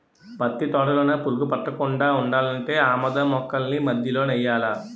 పత్తి తోటలోన పురుగు పట్టకుండా ఉండాలంటే ఆమదం మొక్కల్ని మధ్యలో నెయ్యాలా